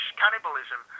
cannibalism